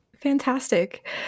Fantastic